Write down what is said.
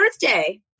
birthday